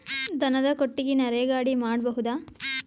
ದನದ ಕೊಟ್ಟಿಗಿ ನರೆಗಾ ಅಡಿ ಮಾಡಬಹುದಾ?